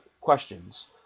questions